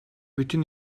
bütün